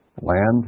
Land